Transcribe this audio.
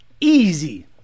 Easy